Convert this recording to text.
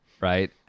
right